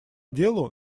делу